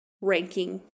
ranking